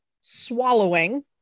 swallowing